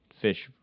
fish